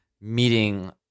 meeting